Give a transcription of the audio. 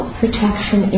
protection